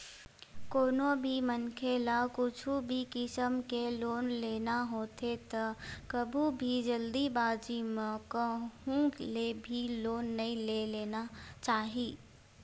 कोनो भी मनखे ल कुछु भी किसम के लोन लेना होथे त कभू भी जल्दीबाजी म कहूँ ले भी लोन नइ ले लेना चाही